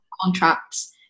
contracts